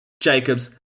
Jacob's